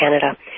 Canada